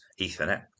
Ethernet